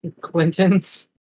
Clinton's